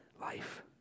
life